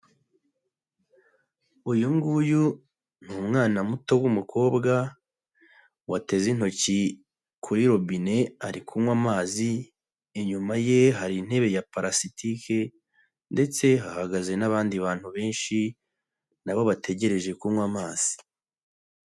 Uyu nguyu ni umwana muto w'umukobwa, wateze intoki kuri robine ari kunywa amazi, inyuma ye hari intebe ya palasitike, ndetse hahagaze n'abandi bantu benshi, nabo bategereje kunywa amazi.